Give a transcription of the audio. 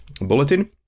bulletin